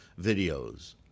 videos